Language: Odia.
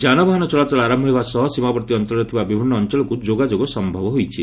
ଯାନବାହାନ ଚଳାଚଳ ଆରମ୍ଭ ହେବା ସହ ସୀମାବର୍ତ୍ତୀ ଅଞ୍ଚଳରେ ଥିବା ବିଭିନ୍ନ ଅଞ୍ଚଳକୁ ଯୋଗାଯୋଗ ସମ୍ଭବ ହୋଇଛି